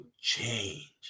change